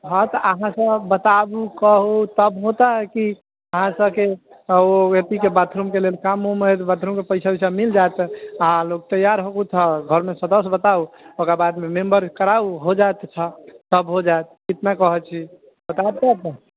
हँ तऽ अहाँ सब बताबु कहू तब होतै की अहाँ सबके कहू अथी बाथरूमके लेल काम उम होयत बाथरूमके पैसा वैसा मिलि जायत आओर तैयार होउ तऽ घरमे सदस्य बताउ ओहिके बाद मेम्बर कराउ हो जायत इतना कहै छी बताउ तब तऽ